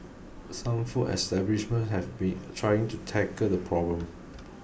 some food establishments have been trying to tackle the problem